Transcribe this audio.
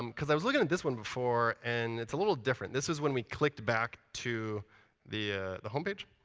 um because i was looking at this one before. and it's a little different. this is when we clicked the back to the ah the home page.